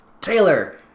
Taylor